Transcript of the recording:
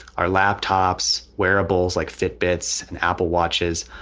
our laptops, wearables like fitbits and apple watches.